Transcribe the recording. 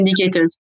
indicators